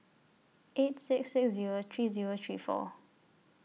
eight six six Zero three Zero three four